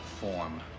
form